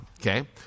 Okay